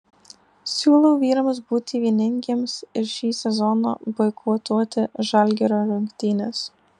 siūlau vyrams būti vieningiems ir šį sezoną boikotuoti žalgirio rungtynes